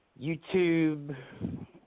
YouTube